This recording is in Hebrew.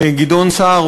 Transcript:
גדעון סער,